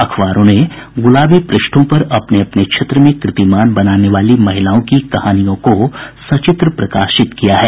अखबारों ने गूलाबी पृष्ठों पर अपने अपने क्षेत्र में कीर्तिमान बनाने वाली महिलाओं की कहानियों को सचित्र प्रकाशित किया है